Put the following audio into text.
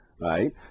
right